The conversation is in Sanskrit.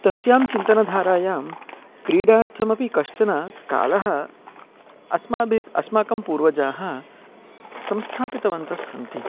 तस्यां चिन्तनधारायां क्रीडार्थमपि कश्चन कालः अस्माभिः अस्माकं पूर्वजाः संस्थापितवन्तः सन्ति